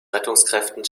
rettungskräften